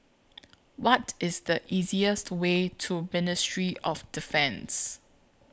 What IS The easiest Way to Ministry of Defence